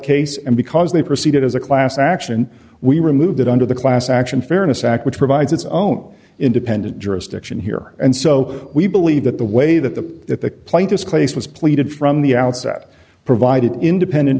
case and because they proceeded as a class action we removed it under the class action fairness act which provides its own independent jurisdiction here and so we believe that the way that the plaintiff's case was pleaded from the outset provided independent